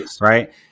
right